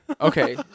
Okay